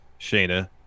Shayna